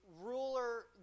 ruler